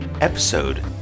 Episode